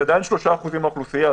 זה עדיין 3% מהאוכלוסייה.